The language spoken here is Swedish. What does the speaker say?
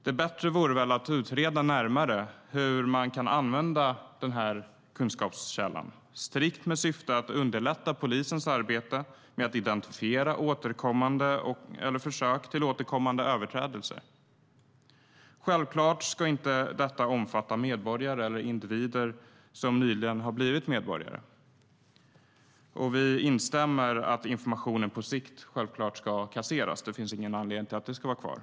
Det vore väl bättre att utreda närmare hur man kan använda denna kunskapskälla strikt i syfte att underlätta polisens arbete med att identifiera återkommande överträdelser och försök till återkommande överträdelser? Självklart ska inte detta omfatta medborgare eller individer som nyligen blivit medborgare, och vi instämmer självklart i att informationen på sikt ska kasseras. Det finns ingen anledning till att den skulle vara kvar.